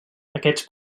aquests